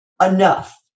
enough